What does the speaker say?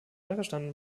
einverstanden